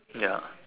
ya